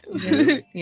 yes